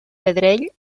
pedrell